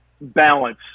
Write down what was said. balance